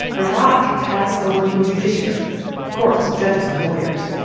iraq has a working judiciary courts and judges and lawyers.